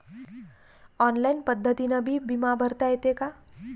Online पद्धतीनं बी बिमा भरता येते का?